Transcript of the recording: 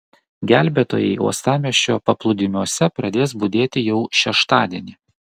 gelbėtojai uostamiesčio paplūdimiuose pradės budėti jau šeštadienį